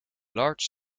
large